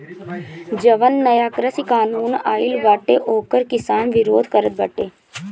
जवन नया कृषि कानून आइल बाटे ओकर किसान विरोध करत बाटे